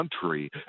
country